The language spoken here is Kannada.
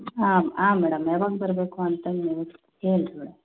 ಆಂ ಆಂ ಮೇಡಮ್ ಯಾವಾಗ ಬರಬೇಕು ಅಂತ ನೀವು ಹೇಳಿ ಮೇಡಮ್